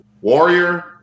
Warrior